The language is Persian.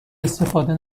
استفاده